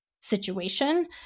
situation